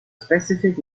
specific